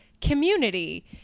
community